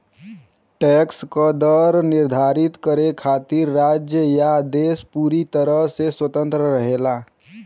tax क दर निर्धारित करे खातिर राज्य या देश पूरी तरह से स्वतंत्र रहेला